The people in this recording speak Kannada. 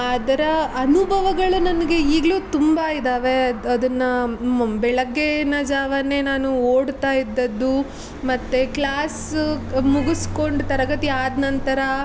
ಅದರ ಅನುಭವಗಳು ನನಗೆ ಈಗಲೂ ತುಂಬ ಇದ್ದಾವೆ ಅದನ್ನು ಮು ಬೆಳಗ್ಗಿನ ಜಾವನೇ ನಾನು ಓಡ್ತಾ ಇದ್ದದ್ದು ಮತ್ತು ಕ್ಲಾಸ್ ಮುಗಿಸ್ಕೊಂಡು ತರಗತಿ ಆದ ನಂತರ